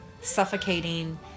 suffocating